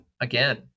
again